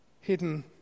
hidden